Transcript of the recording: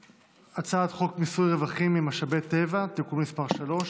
הצעת חוק מיסוי רווחים ממשאבי טבע (תיקון מס' 3),